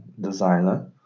designer